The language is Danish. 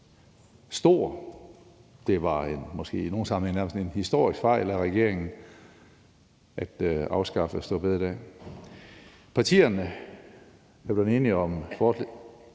var en stor og en i nogle sammenhænge måske nærmest historisk fejl af regeringen at afskaffe store bededag. Partierne er blevet enige om